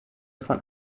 von